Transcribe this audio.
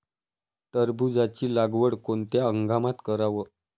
टरबूजाची लागवड कोनत्या हंगामात कराव?